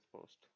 post